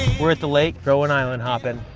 we're at the lake going island hopping,